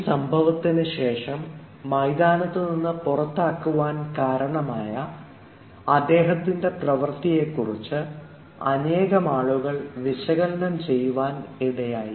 ഈ സംഭവത്തിനുശേഷം മൈതാനത്തു നിന്ന് പുറത്താക്കുവാൻ കാരണമായ അദ്ദേഹത്തിൻറെ പ്രവർത്തിയെകുറിച്ച് അനേകമാളുകൾ വിശകലനം ചെയ്യുവാൻ ഇടയായി